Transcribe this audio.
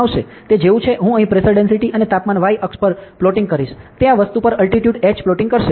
તે જેવું છે હું અહીં પ્રેશર ડેંસિટી અને તાપમાન y અક્ષ પર પ્લોટીંગ કરીશ તે આ વસ્તુ પર અલ્ટિટ્યુડ h પ્લોટીંગ કરશે